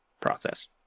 process